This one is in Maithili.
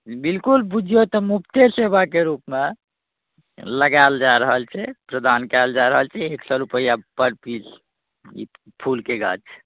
बिलकुल बुझिऔ तऽ मुफ्ते सेवाके रूपमे लगाएल जा रहल छै प्रदान कएल जा रहल छै एक सओ रुपैआ पर पीस फूलके गाछ